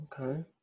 Okay